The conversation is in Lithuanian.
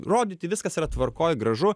rodyti viskas yra tvarkoj gražu